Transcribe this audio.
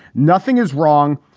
nothing is wrong.